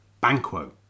Banquo